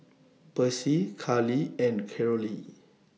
Percy Cali and Carolee